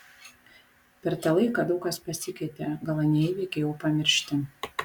per tą laiką daug kas pasikeitė gal anie įvykiai jau pamiršti